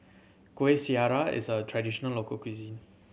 Kueh Syara is a traditional local cuisine